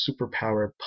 superpower